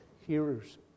hearers